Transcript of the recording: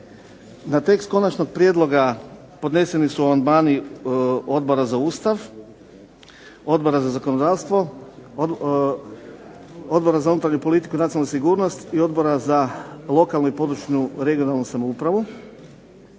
Na tekst konačnog prijedloga podneseni su amandmani Odbora za Ustav, Odbora za zakonodavstvo, Odbora za unutarnju politiku i nacionalnu sigurnost i Odbora za lokalne i područne (regionalne) samoupravu.